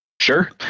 Sure